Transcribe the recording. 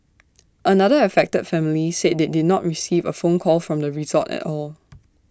another affected family said they did not receive A phone call from the resort at all